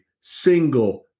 single